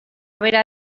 bera